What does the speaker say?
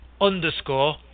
underscore